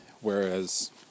Whereas